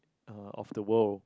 uh of the world